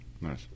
Nice